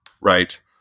right